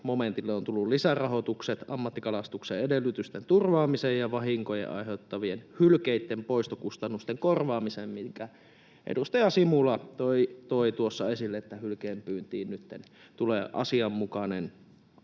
momentille on tullut lisärahoitukset ammattikalastuksen edellytysten turvaamiseen ja vahinkoja aiheuttavien hylkeitten poistokustannusten korvaamiseen — minkä edustaja Simula toi tuossa esille, että hylkeenpyyntiin nyt tulee asianmukainen